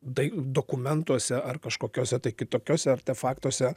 dokumentuose ar kažkokiuose tai kitokiuose artefaktuose